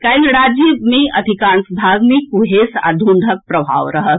काल्हि राज्य अधिकांश भाग मे कुहेस आ धुंधक प्रभाव रहत